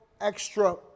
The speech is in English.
extra